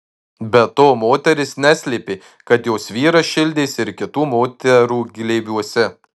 be to moteris neslėpė kad jos vyras šildėsi ir kitų moterų glėbiuose